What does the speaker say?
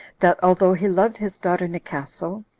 that although he loved his daughter nicaso,